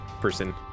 person